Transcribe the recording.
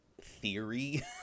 theory